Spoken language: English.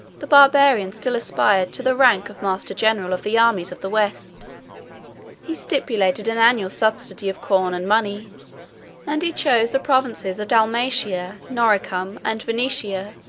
the barbarian still aspired to the rank of master-general of the armies of the west he stipulated an annual subsidy of corn and money and he chose the provinces of dalmatia, noricum, and venetia,